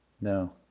No